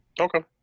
Okay